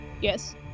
Yes